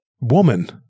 woman